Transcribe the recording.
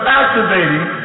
activating